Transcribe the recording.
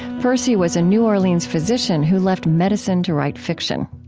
percy was a new orleans physician who left medicine to write fiction.